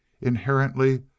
inherently